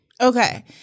Okay